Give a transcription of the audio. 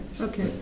Okay